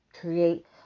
create